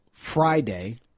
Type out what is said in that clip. Friday